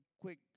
quick